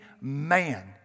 man